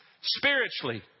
spiritually